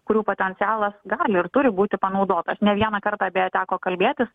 kurių potencialas gali ir turi būti panaudotas ne vieną kartą beje teko kalbėtis